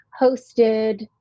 hosted